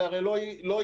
זה הרי לא יתקיים,